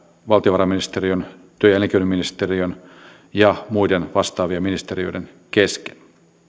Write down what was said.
valtiovarainministeriön työ ja elinkeinoministeriön ja muiden vastaavien ministeriöiden kesken